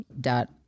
dot